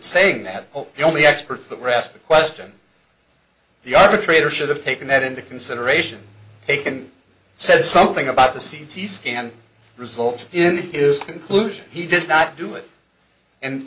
saying that the only experts that were asked the question the arbitrator should have taken that into consideration taken said something about a c t scan results in his conclusion he does not do it and